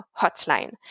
hotline